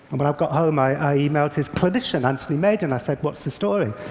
and when i got home i i emailed his clinician, anthony maden. i said, what's the story?